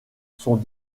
sont